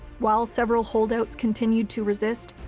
while several holdouts continued to resist,